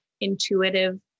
intuitive